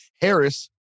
Harris